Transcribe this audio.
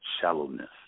shallowness